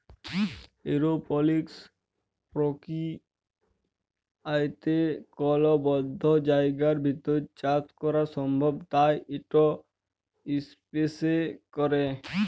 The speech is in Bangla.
এরওপলিক্স পর্কিরিয়াতে কল বদ্ধ জায়গার ভিতর চাষ ক্যরা সম্ভব তাই ইট ইসপেসে ক্যরে